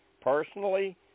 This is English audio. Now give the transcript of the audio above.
personally